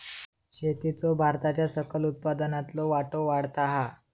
शेतीचो भारताच्या सकल उत्पन्नातलो वाटो वाढता हा